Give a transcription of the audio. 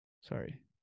Sorry